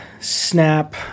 snap